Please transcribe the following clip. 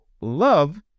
love